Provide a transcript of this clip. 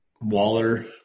Waller